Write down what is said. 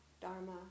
Dharma